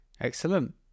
Excellent